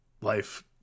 life